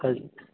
అది